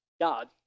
God